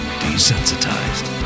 desensitized